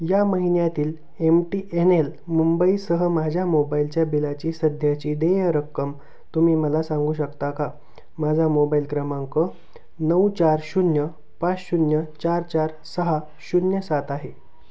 या महिन्यातील M T N L मुंबईसह माझ्या मोबाईलच्या बिलाची सध्याची देय रक्कम तुम्ही मला सांगू शकता का माझा मोबाईल क्रमांक नऊ चार शून्य पाच शून्य चार चार सहा शून्य सात आहे